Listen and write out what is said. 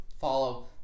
follow